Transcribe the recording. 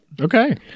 Okay